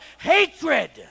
hatred